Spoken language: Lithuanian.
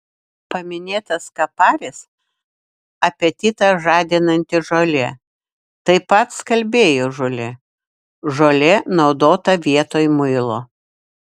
paminėtas kaparis apetitą žadinanti žolė taip pat skalbėjų žolė žolė naudota vietoj muilo